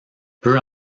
peut